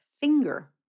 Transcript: finger